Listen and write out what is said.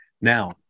Now